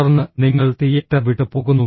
തുടർന്ന് നിങ്ങൾ തിയേറ്റർ വിട്ട് പോകുന്നു